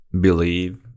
believe